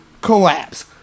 Collapse